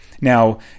Now